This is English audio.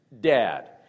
dad